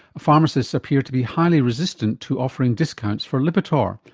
pharmacists appear to be highly resistant to offering discounts for lipitor.